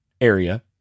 area